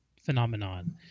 phenomenon